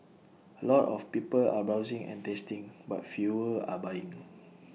A lot of people are browsing and tasting but fewer are buying